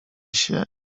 się